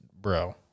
bro